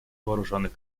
вооруженных